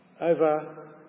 over